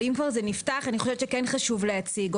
אבל אם כבר זה נפתח אני חושבת שכן חשוב להציג אותו.